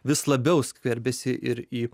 vis labiau skverbiasi ir į